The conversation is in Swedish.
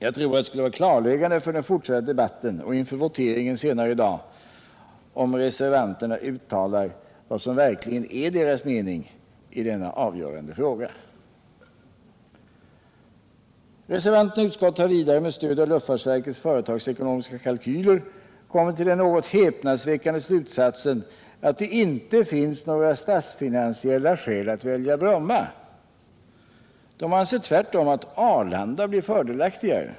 Jag tror det skulle vara klargörande för den fortsatta debatten och inför voteringen senare i dag, om reservanterna uttalar vad som verkligen är deras mening i denna avgörande fråga. Reservanterna i utskottet har vidare — med stöd av luftfartsverkets företagsekonomiska kalkyler — kommit till den något häpnadsväckande slutsatsen att det inte finns några statsfinansiella skäl att välja Bromma. De anser tvärtom att Arlanda blir fördelaktigare.